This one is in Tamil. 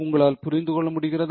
உங்களால் புரிந்துகொள்ள முடிகிறதா